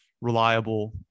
reliable